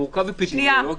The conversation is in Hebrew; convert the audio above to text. מורכב אפידמיולוגית?